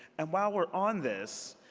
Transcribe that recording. and while we're on this,